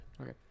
okay